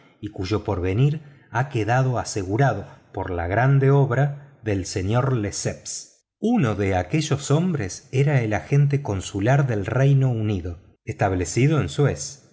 y cuyo porvenir ha quedado asegurado por la grandiosa obra del señor lesseps uno de aquellos hombres era el agente consular del reino unido establecido en suez